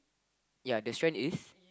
ya the strand is